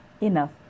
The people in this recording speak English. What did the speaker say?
enough